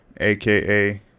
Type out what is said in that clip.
aka